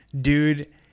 dude